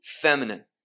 feminine